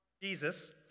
Jesus